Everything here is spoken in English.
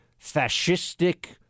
fascistic